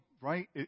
right